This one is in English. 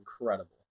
incredible